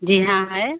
जी हाँ है